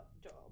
job